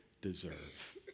deserve